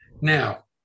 Now